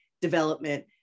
development